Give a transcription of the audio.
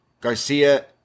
Garcia